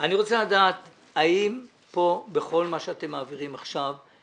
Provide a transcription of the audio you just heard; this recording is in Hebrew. אני רוצה לדעת האם פה בכל מה שאתם מעבירים עכשיו,